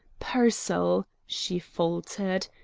pearsall? she faltered.